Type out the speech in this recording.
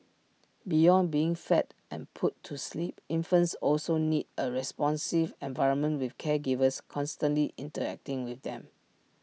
beyond being fed and put to sleep infants also need A responsive environment with caregivers constantly interacting with them